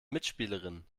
mitspielerinnen